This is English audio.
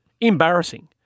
Embarrassing